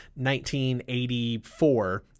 1984